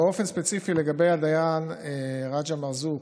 באופן ספציפי, לגבי הדיין רג'א מרזוק,